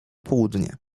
południe